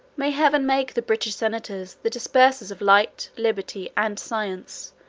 may heaven make the british senators the dispersers of light, liberty, and science,